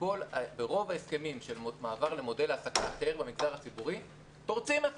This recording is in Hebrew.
ברוב ההסכמים של מעבר למודל העסקה אחר במגזר הציבורי פורצים את